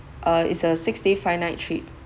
uh it's a six day five night trip